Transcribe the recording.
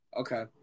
Okay